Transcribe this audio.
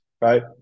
right